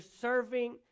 serving